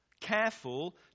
careful